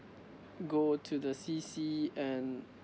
go to the C_C and